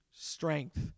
strength